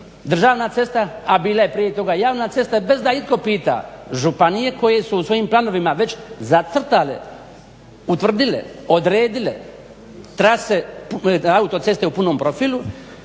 državna cesta, a bila je prije toga javna cesta bez da itko pita županije koje su u svojim planovima već zacrtale, utvrdile, odredile trase autoceste u punom profilu?